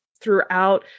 throughout